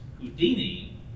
Houdini